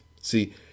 See